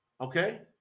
Okay